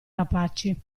rapaci